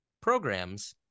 programs